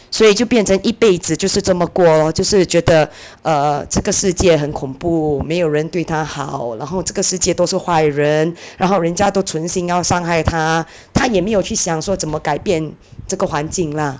所以就变成一辈子就是这么过 lor 就是觉得 err 这个世界很恐怖没有人对她好然后这个世界都是坏人然后人家都存心要伤害她她也没有去想说要怎么改变这个环境 lah